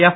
எப்